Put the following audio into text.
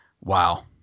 wow